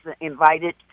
invited